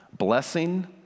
Blessing